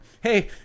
hey